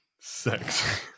Sex